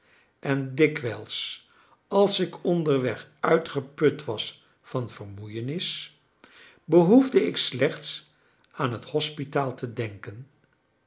en dikwijls als ik onderweg uitgeput was van vermoeienis behoefde ik slechts aan het hospitaal te denken